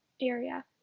area